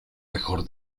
mejor